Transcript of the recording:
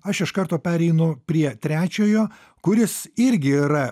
aš iš karto pereinu prie trečiojo kuris irgi yra